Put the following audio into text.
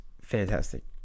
fantastic